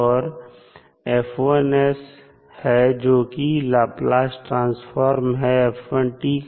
और है जो कि लाप्लास ट्रांसफॉर्म है का